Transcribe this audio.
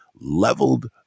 leveled